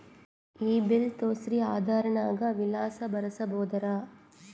ಈ ಬಿಲ್ ತೋಸ್ರಿ ಆಧಾರ ನಾಗ ವಿಳಾಸ ಬರಸಬೋದರ?